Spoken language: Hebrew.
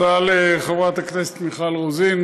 תודה לחברת הכנסת מיכל רוזין.